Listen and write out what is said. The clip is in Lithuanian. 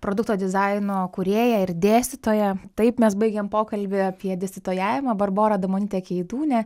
produkto dizaino kūrėja ir dėstytoja taip mes baigėm pokalbį apie dėstytojavimą barbora adamonytė keidunė